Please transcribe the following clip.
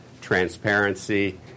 Transparency